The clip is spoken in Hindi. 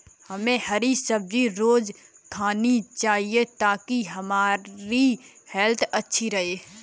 हमे हरी सब्जी रोज़ खानी चाहिए ताकि हमारी हेल्थ अच्छी रहे